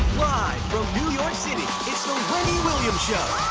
live from new york city, it's the wendy williams show.